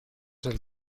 del